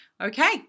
Okay